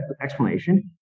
explanation